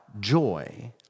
joy